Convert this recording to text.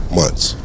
months